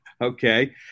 Okay